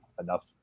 enough